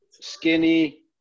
skinny